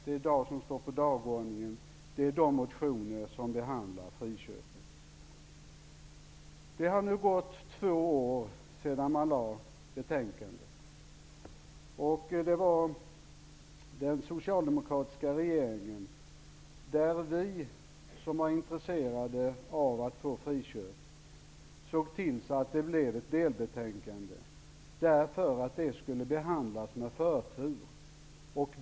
Det som står på dagordningen i dag är de motioner som behandlar friköpen. Det har nu gått två år sedan betänkandet lades fram. Det var den socialdemokratiska regeringen som var intresserad av att man skulle införa friköpsrätt. Den såg till att det blev ett delbetänkande, detta för att det ärendet skulle behandlas med förtur.